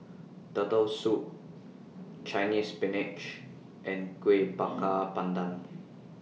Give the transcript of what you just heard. Turtle Soup Chinese Spinach and Kuih Bakar Pandan